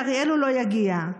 לאריאל הוא לא יגיע.